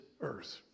earth